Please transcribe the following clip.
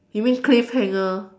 you mean cliff hanger